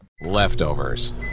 Leftovers